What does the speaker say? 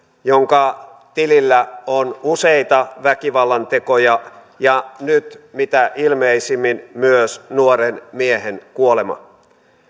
jonka tilillä on useita väkivallantekoja ja nyt mitä ilmeisimmin myös nuoren miehen kuolema